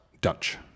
Dutch